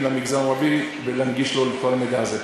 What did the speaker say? למגזר הערבי ולהנגיש לו את כל המידע הזה.